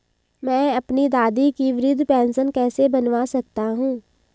मैं अपनी दादी की वृद्ध पेंशन कैसे बनवा सकता हूँ?